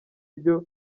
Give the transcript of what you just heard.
ryo